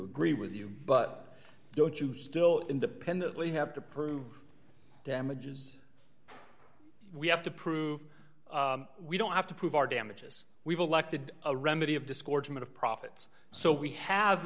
agree with you but don't you still independently have to prove damages we have to prove we don't have to prove our damages we've elected a remedy of discord of profits so we have